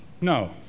No